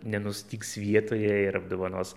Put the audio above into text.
nenustygs vietoje ir apdovanos